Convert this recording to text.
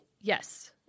yes